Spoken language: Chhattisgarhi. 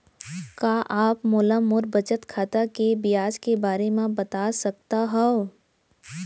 का आप मोला मोर बचत खाता के ब्याज के बारे म बता सकता हव?